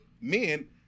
men